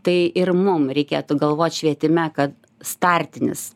tai ir mum reikėtų galvot švietime kad startinis